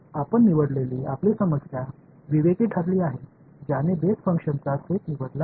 आपण निवडलेली आपली समस्या विवेकी ठरली आहे ज्याने बेस फंक्शन्सचा सेट निवडला आहे